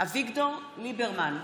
אביגדור ליברמן,